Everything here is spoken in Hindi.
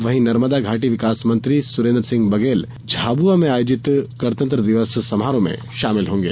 वहीं नर्मदा घाटी विकास मंत्री सुरेन्द्र सिंह बघेल झाबुआ में आयोजित गणतंत्र दिवस में शामिल होगें